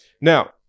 Now